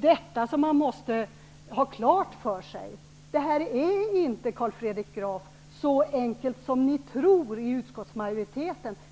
Detta måste man ha klart för sig. Det här är inte så enkelt som ni i utskottmajoriteten tror, Carl Fredrik Graf.